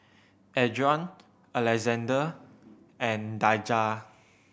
Adron Alexande and Daijah